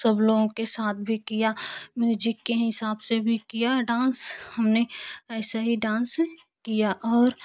सब लोग के साथ भी किया और म्यूजिक के हिसाब से भी किया डांस हमने ऐसे ही डांस किया